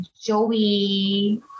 Joey